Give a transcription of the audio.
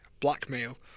blackmail